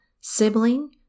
sibling